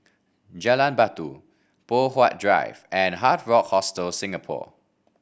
Jalan Batu Poh Huat Drive and Hard Rock Hostel Singapore